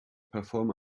perform